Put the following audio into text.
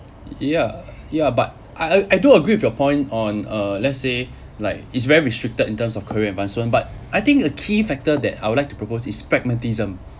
yeah yeah but I I do agree with your point on uh let's say like it's very restricted in terms of career advancement but I think a key factor that I would like to propose is pragmatism